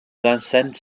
vincennes